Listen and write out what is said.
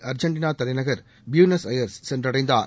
அர்ஜெண்டினாதலைநகர் Buenos Aires சென்றடைந்தார்